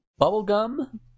Bubblegum